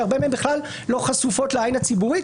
שהרבה מהן בכלל לא חשופות לעין הציבורית,